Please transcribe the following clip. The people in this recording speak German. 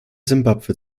simbabwe